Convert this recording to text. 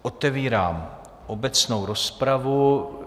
Otevírám obecnou rozpravu.